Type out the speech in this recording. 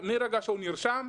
מהרגע שהוא נרשם,